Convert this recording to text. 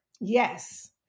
Yes